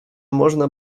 można